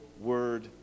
word